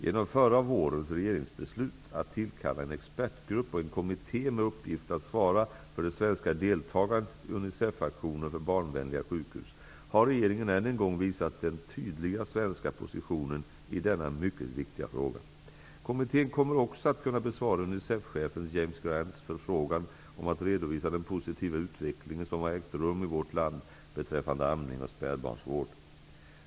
Genom förra vårens regeringsbeslut att tillkalla en expertgrupp och en kommitté med uppgift att svara för det svenska deltagandet i Unicefaktionen för barnvänliga sjukhus, har regeringen än en gång visat den tydliga svenska positionen i denna mycket viktiga fråga. Kommittén kommer också att kunna besvara Unicefchefen James Grants förfrågan om att redovisa den positiva utvecklingen som har ägt rum i vårt land beträffande amning och spädbarnsvård.